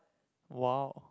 !wow!